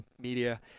media